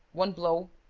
one blow,